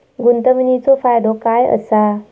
गुंतवणीचो फायदो काय असा?